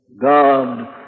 God